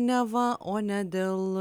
neva o ne dėl